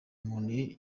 umuntu